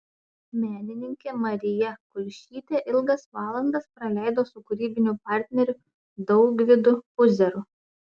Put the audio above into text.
menininkė marija kulšytė ilgas valandas praleido su kūrybiniu partneriu daugvydu puzeru